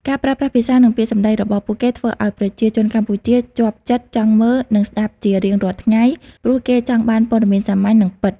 ការប្រើប្រាស់ភាសា និងពាក្យសម្ដីរបស់ពួកគេធ្វើឱ្យប្រជាជនកម្ពុជាជាប់ចិត្តចង់មើល និងស្ដាប់ជារៀងរាល់ថ្ងៃ ព្រោះគេចង់បានព័ត៌មានសាមញ្ញ និងពិត។